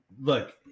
look